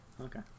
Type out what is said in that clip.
Okay